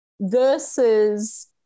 Versus